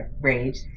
rage